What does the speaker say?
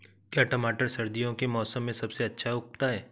क्या टमाटर सर्दियों के मौसम में सबसे अच्छा उगता है?